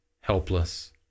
helpless